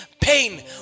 pain